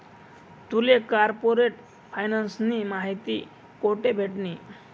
तुले कार्पोरेट फायनान्सनी माहिती कोठे भेटनी?